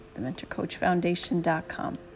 thementorcoachfoundation.com